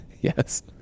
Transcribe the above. yes